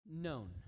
known